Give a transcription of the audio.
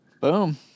boom